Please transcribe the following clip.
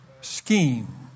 scheme